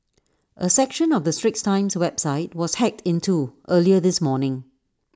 A section of the straits times website was hacked into earlier this morning